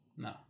No